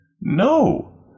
No